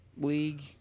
League